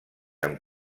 amb